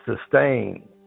sustain